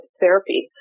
therapy